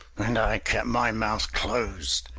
and i kept my mouth closed!